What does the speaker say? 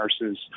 nurses